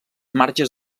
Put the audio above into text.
marges